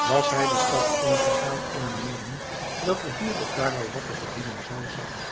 was hij de stad ingegaan in de meening dat er hier of daar wel wat te verdienen zou zijn